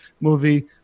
movie